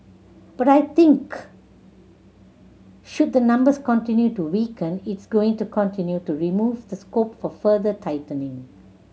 but I think should the numbers continue to weaken it's going to continue to remove the scope for further tightening